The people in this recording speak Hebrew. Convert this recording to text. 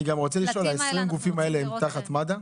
אני גם רוצה לשאול: ה-20 גופים האלה הם תחת מד"א?